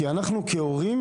כי אנחנו כהורים,